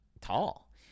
tall